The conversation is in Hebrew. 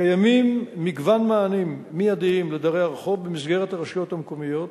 קיימים מגוון מענים מיידיים לדרי הרחוב במסגרת הרשויות המקומיות,